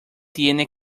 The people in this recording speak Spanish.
tiene